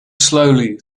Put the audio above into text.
slowly